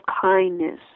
kindness